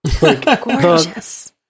Gorgeous